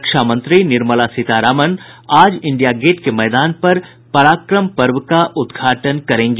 रक्षा मंत्री निर्मला सीतारामन आज India Gate के मैदान पर पराक्रम पर्व का उद्घाटन करेंगी